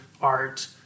art